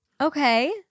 Okay